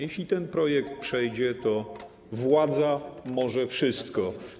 Jeśli ten projekt przejdzie, to władza może wszystko.